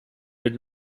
did